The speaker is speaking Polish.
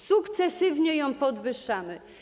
Sukcesywnie ją podwyższamy.